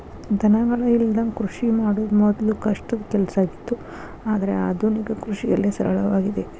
ದನಗಳ ಇಲ್ಲದಂಗ ಕೃಷಿ ಮಾಡುದ ಮೊದ್ಲು ಕಷ್ಟದ ಕೆಲಸ ಆಗಿತ್ತು ಆದ್ರೆ ಆದುನಿಕ ಕೃಷಿಯಲ್ಲಿ ಸರಳವಾಗಿದೆ